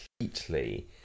completely